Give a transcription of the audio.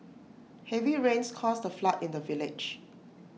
heavy rains caused A flood in the village